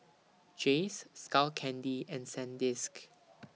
Jays Skull Candy and Sandisk